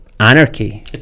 anarchy